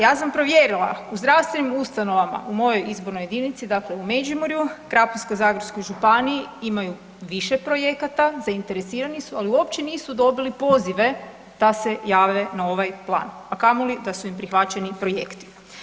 Ja sam provjerila u zdravstvenim ustanovama u mojoj izbornoj jedinici dakle u Međimurju, Krapinsko-zagorskoj županiji imaju više projekata, zainteresirani su, ali uopće nisu dobili pozive da se jave na ovaj plan, a kamoli da su im prihvaćeni projekti.